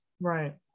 Right